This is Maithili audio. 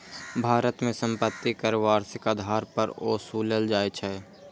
भारत मे संपत्ति कर वार्षिक आधार पर ओसूलल जाइ छै